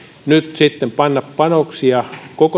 nyt sitten panna panoksia